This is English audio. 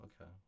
Okay